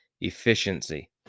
efficiency